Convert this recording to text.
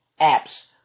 apps